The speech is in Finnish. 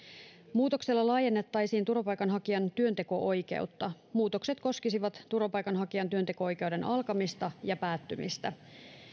muutoksella laajennettaisiin turvapaikanhakijan työnteko oikeutta muutokset koskisivat turvapaikanhakijan työnteko oikeuden alkamista ja päättymistä